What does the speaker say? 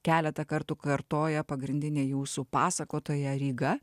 keletą kartų kartoja pagrindinė jūsų pasakotoja ryga